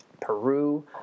Peru